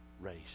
race